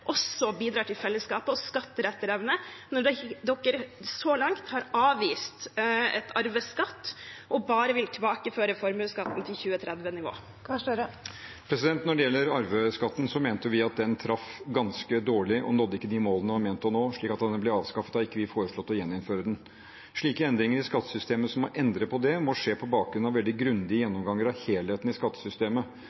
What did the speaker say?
også bidrar til fellesskapet og skatter etter evne, når man så langt har avvist en arveskatt og bare vil tilbakeføre formuesskatten til 2013-nivå? Når det gjelder arveskatten, mente vi at den traff ganske dårlig og ikke nådde de målene den var ment å nå, så etter at den ble avskaffet, har ikke vi foreslått å gjeninnføre den. Endringer i skattesystemet må skje på bakgrunn av veldig grundige